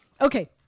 Okay